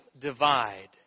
divide